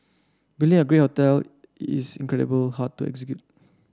building a great hotel is incredible hard to execute